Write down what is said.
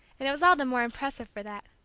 and it was all the more impressive for that.